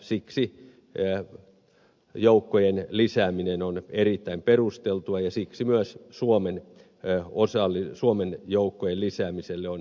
siksi joukkojen lisääminen on erittäin perusteltua ja siksi myös suomen joukkojen lisäämiselle on hyvät perusteet